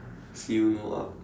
feel no up